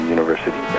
University